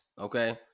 Okay